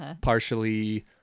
partially